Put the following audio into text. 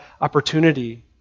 opportunity